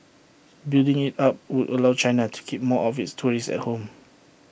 building IT up would allow China to keep more of its tourists at home